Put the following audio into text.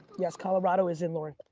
yes, colorado is in lauren,